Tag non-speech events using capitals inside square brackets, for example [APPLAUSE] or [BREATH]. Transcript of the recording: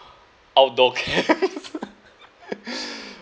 [BREATH] outdoor camp [LAUGHS]